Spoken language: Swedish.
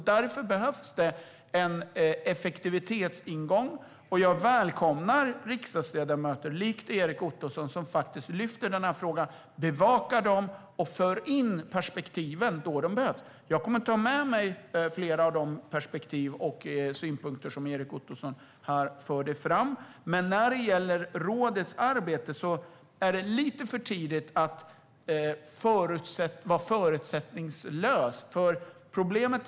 Därför behövs det en effektivitetsingång, och jag välkomnar att riksdagsledamöter, likt Erik Ottoson, lyfter denna fråga, bevakar den och för in de perspektiv som behövs. Jag kommer att ta med mig flera av de perspektiv och synpunkter som Erik Ottoson för fram. När det gäller rådets arbete är det lite för tidigt att vara förutsättningslös.